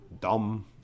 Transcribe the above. Dumb